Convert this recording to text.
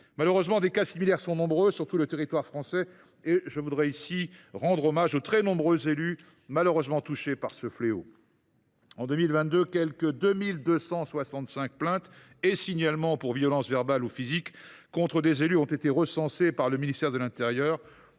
Malheureusement, les cas similaires sont nombreux sur tout le territoire français, et je voudrais ici rendre hommage aux très nombreux élus touchés par ce fléau. En 2022, 2 265 plaintes et signalements pour violence verbale ou physique contre des élus ont été recensés par le ministère de l’intérieur,